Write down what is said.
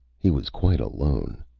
he was quite alone.